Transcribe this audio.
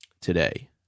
today